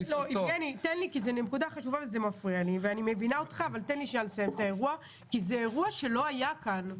כי זה אירוע שלא היה כאן.